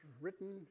written